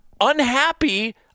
unhappy